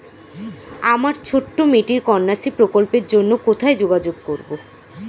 আমার ছোট্ট মেয়েটির কন্যাশ্রী প্রকল্পের জন্য কোথায় যোগাযোগ করব?